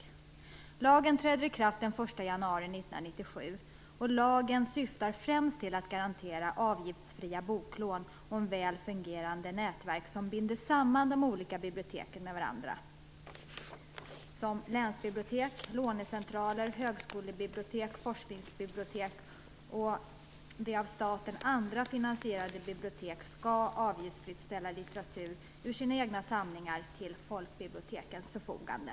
Lagen träder i kraft den 1 januari 1997, och den syftar främst till att garantera avgiftsfria boklån och ett väl fungerande nätverk som binder samman de olika biblioteken med varandra. Länsbibliotek, lånecentraler, högskolebibliotek, forskningsbibliotek och andra av staten finansierade bibliotek skall avgiftsfritt ställa litteratur ur sina egna samlingar till folkbibliotekens förfogande.